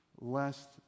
lest